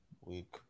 Week